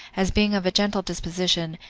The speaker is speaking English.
as being of a gentle disposition,